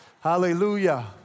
Hallelujah